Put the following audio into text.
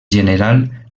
general